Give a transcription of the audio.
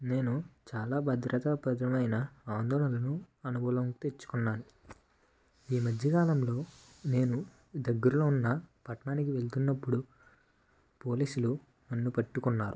నేను చాలా భద్రతాపరమైన ఆందోళనలు అనుభవంలోకి తెచ్చుకున్నాను ఈ మధ్య కాలంలో నేను దగ్గరలో ఉన్న పట్టణానికి వెళుతున్నప్పుడు పోలీసులు నన్ను పట్టుకున్నారు